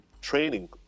training